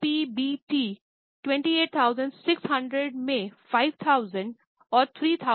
NPBT 28600 में 5000 और 3000जोड़ माइनस 2000